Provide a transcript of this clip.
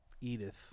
Edith